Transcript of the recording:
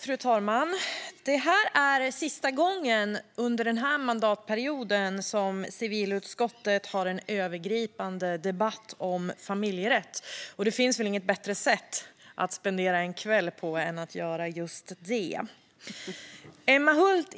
Fru talman! Detta är sista gången under denna mandatperiod som civilutskottet har en övergripande debatt om familjerätt. Och det finns väl inget bättre sätt att spendera en kväll än att göra just det. Emma Hult